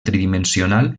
tridimensional